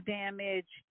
damage